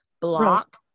block